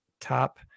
top